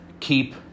Keep